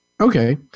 Okay